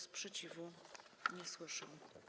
Sprzeciwu nie słyszę.